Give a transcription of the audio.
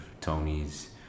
Tony's